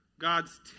god's